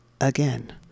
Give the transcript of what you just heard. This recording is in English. again